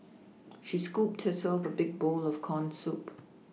she scooped herself a big bowl of corn soup